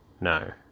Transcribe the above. No